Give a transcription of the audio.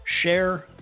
Share